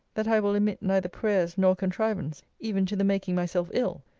that i will omit neither prayers nor contrivance, even to the making myself ill,